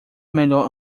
melhor